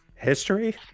history